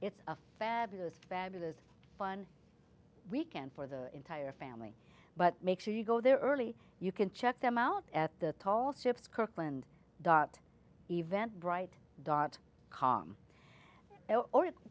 it's a fabulous fabulous fun weekend for the entire family but make sure you go there early you can check them out at the tall ships kirkland dot eventbrite dot com or it's